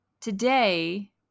today